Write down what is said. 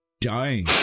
Dying